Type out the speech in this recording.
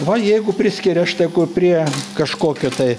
o jeigu priskiria štai kur prie kažkokio tai